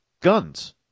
guns